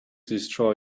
destroy